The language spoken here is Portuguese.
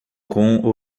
com